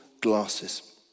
glasses